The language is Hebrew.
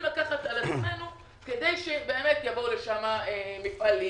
לקחת על עצמנו כדי שבאמת יבואו לשם מפעלים,